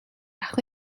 яах